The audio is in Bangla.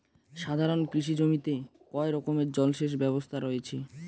সাধারণত কৃষি জমিতে কয় রকমের জল সেচ ব্যবস্থা রয়েছে?